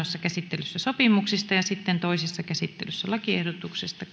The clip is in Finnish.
käsittelyssä sopimuksista ja sitten toisessa käsittelyssä lakiehdotuksista